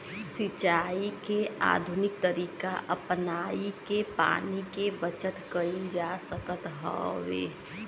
सिंचाई के आधुनिक तरीका अपनाई के पानी के बचत कईल जा सकत हवे